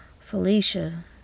Felicia